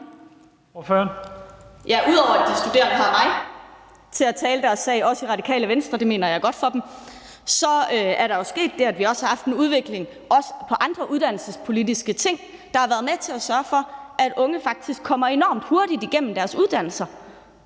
Ud over at de studerende har mig og os i Radikale Venstre til at tale deres sag – det mener jeg er godt for dem – så er der jo sket det, at vi også har haft en udvikling på andre uddannelsespolitiske ting, der har været med til at sørge for, at unge faktisk kommer enormt hurtigt igennem deres uddannelser.